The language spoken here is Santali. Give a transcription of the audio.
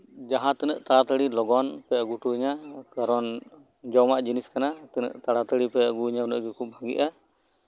ᱡᱟᱸᱦᱟᱛᱤᱱᱟᱹᱜ ᱛᱟᱲᱟᱛᱟᱲᱤ ᱞᱚᱜᱚᱱ ᱯᱮ ᱟᱹᱜᱩ ᱤᱧᱟᱹ ᱡᱚᱢᱟᱜ ᱡᱤᱱᱤᱥ ᱠᱟᱱᱟ ᱛᱤᱱᱟᱹᱜ ᱛᱟᱲᱟᱛᱟᱲᱤ ᱯᱮ ᱟᱹᱜᱩ ᱤᱧᱟ ᱩᱱᱟᱹᱜ ᱛᱟᱲᱟᱛᱟᱲᱤ ᱵᱷᱟᱹᱜᱤᱜᱼ ᱟ